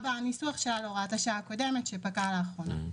בניסוח שלה להוראת השעה הקודמת שפקעה לאחרונה.